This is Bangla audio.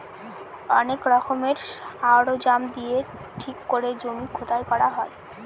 অনেক রকমের সরঞ্জাম দিয়ে ঠিক করে জমি খোদাই করা হয়